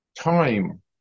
Time